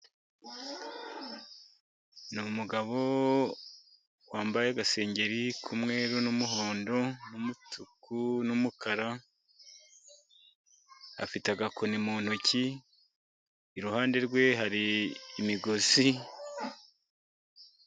Ni umugabo wambaye agasengeri k'umweru n'umuhondo, n'umutuku, n'umukara, afite agakoni mu ntoki, iruhande rwe hari imigozi.